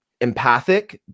empathic